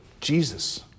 Jesus